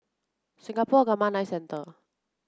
Singapore Gamma Knife Centre